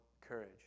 courage